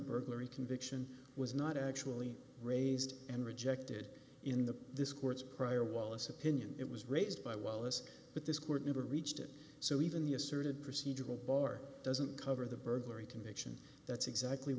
burglary conviction was not actually raised and rejected in the this court's prior wallace opinion it was raised by well this but this court never reached it so even the asserted procedural bar doesn't cover the burglary conviction that's exactly